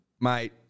mate